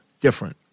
different